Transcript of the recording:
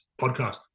podcast